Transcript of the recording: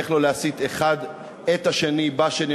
איך לא להסית את השני בשלישי.